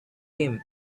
him